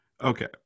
Okay